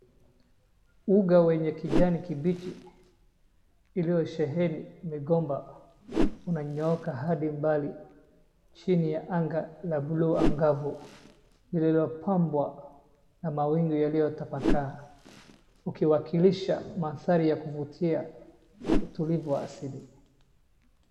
Uga wenye kijani kibichi iliosheheni migomba unanyooka hadi mbali chini ya anga la bluu angavu lililopambwa na mawingu yaliyotapakaa. Ukiwakilisha mandhari ya kuvutia na utulivu wa asili.